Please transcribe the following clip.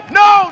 no